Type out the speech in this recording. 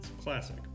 Classic